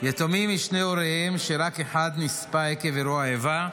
יתומים משני הוריהם, שרק אחד נספה עקב אירוע איבה,